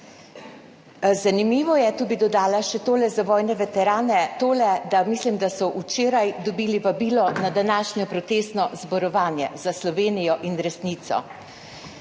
Zanimivo je, tu bi dodala še tole za vojne veterane, da mislim, da so včeraj dobili vabilo na današnje protestno zborovanje Za Slovenijo in resnico.